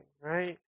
right